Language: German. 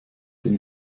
den